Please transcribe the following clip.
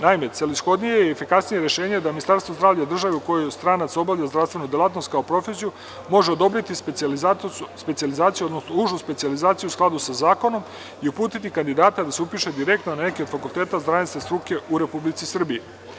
Naime, celishodnije i efikasnije rešenje je da Ministarstvo zdravlja u državi u kojoj stranac obavlja zdravstvenu delatnost kao profesiju može odobriti specijalizaciju, odnosno užu specijalizaciju u skladu sa zakonom i uputiti kandidata da se upiše direktno na neke od fakulteta zdravstvene struke u Republici Srbiji.